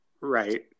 Right